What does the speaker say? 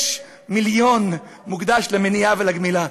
6 מיליון מוקדשים למניעה ולגמילה.